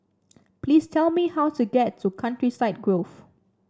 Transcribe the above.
please tell me how to get to Countryside Grove